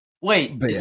wait